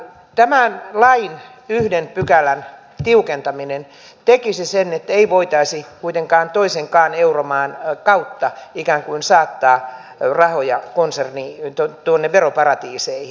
tämän lain yhden pykälän tiukentaminen tekisi sen että ei voitaisi kuitenkaan toisenkaan euromaan kautta ikään kuin saattaa rahoja veroparatiiseihin